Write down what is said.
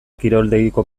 kiroldegiko